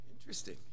Interesting